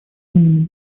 минимум